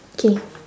K